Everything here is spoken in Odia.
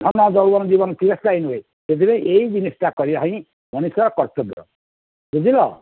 ଧନ ଯୌବନ ଜୀବନ ଚିରସ୍ଥାୟୀ ନୁହେଁ ସେଥିପାଇଁ ଏଇ ଜିନିଷ ଟା କରିବା ହିଁ ମଣିଷର କର୍ତ୍ତବ୍ୟ ବୁଝିଲ